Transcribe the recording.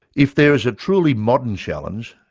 if there is a truly modern challenge,